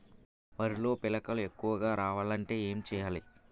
వరిలో పిలకలు ఎక్కువుగా రావాలి అంటే ఏంటి చేయాలి?